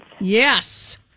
Yes